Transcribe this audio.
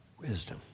Wisdom